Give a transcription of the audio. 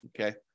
Okay